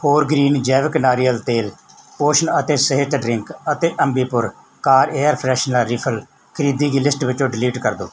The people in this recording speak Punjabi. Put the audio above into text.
ਫੋਰਗ੍ਰੀਨ ਜੈਵਿਕ ਨਾਰੀਅਲ ਤੇਲ ਪੋਸ਼ਣ ਅਤੇ ਸਿਹਤ ਡਰਿੰਕ ਅਤੇ Ambi Pur car air freshener refill ਖਰੀਦੀ ਲਿਸਟ ਵਿੱਚੋਂ ਡਿਲੀਟ ਕਰ ਦਿਓ